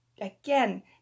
again